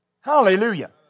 Hallelujah